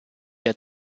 der